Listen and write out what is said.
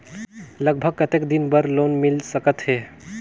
लगभग कतेक दिन बार लोन मिल सकत हे?